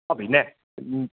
ഓ പിന്നെ മ്മ്